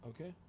okay